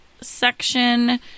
section